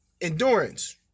Endurance